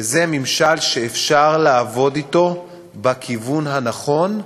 וזה ממשל שאפשר לעבוד אתו בכיוון הנכון,